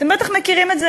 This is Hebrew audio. אתם בטח מכירים את זה,